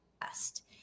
best